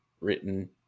written